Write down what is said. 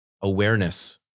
awareness